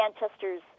Manchester's